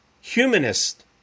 Humanist